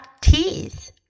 teeth